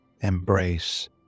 embrace